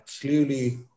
clearly